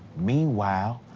meanwhile,